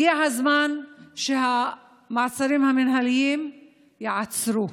הגיע הזמן שהמעצרים המינהליים ייעצרו.